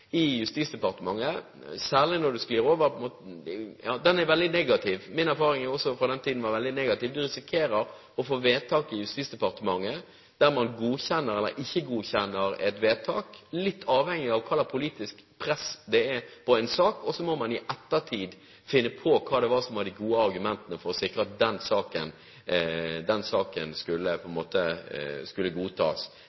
til Justisdepartementet er noe jeg vil advare sterkt mot. Erfaringen vår med å behandle asylsakene og klagebehandlingen i Justisdepartementet er veldig negativ. Min erfaring fra den tiden er veldig negativ. Man risikerer å få vedtak i Justisdepartementet der man godkjenner eller ikke godkjenner et vedtak, litt avhengig av hvilket politisk press det er på en sak, og så må man i ettertid finne ut hva som var de gode argumentene for å sikre at den saken skulle